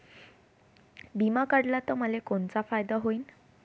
बिमा काढला त मले कोनचा फायदा होईन?